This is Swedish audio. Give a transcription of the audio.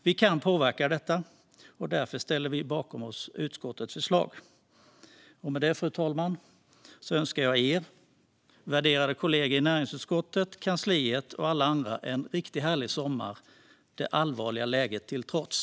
Vi kan påverka detta, och därför ställer vi oss bakom utskottets förslag. Fru talman! Med detta önskar jag er, värderade kollegor i näringsutskottet, kansliet och alla andra en riktigt härlig sommar - det allvarliga läget till trots.